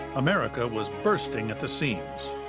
america was bursting at the seams.